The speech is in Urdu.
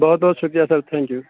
بہت بہت شکریہ سر تھینک یو